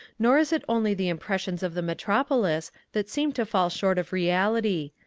nor is it only the impressions of the metropolis that seem to fall short of reality.